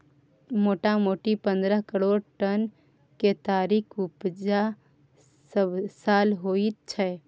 मोटामोटी पन्द्रह करोड़ टन केतारीक उपजा सबसाल होइत छै